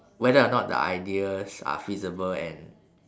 whether or not the ideas are feasible and